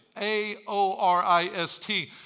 A-O-R-I-S-T